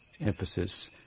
emphasis